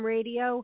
Radio